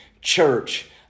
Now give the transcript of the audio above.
church